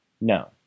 No